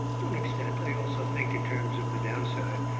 to an extent i also think in terms of the downside.